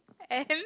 and